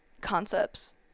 concepts